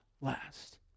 last